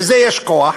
לזה יש כוח,